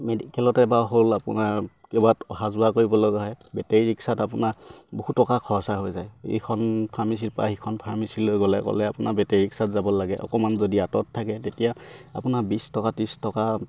মেডিকেলতে বা হ'ল আপোনাৰ কেইবাত অহা যোৱা কৰিব লগা হয় বেটেৰী ৰিক্সাত আপোনাৰ বহু টকা খৰচা হৈ যায় এইখন ফাৰ্মেচীৰ পৰা সিখন ফাৰ্মেচীলৈ গ'লে গ'লে আপোনাৰ বেটেৰী ৰিক্সাত যাব লাগে অকমান যদি আঁতৰত থাকে তেতিয়া আপোনাৰ বিছ টকা ত্ৰিছ টকা